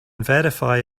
verify